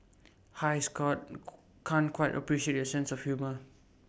hi scoot can't quite appreciate your sense of humour